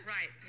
Right